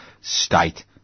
state